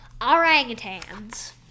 orangutans